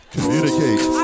Communicate